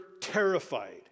terrified